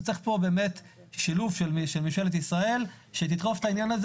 צריך שילוב של ממשלת ישראל שתדחוף את העניין הזה